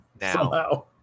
now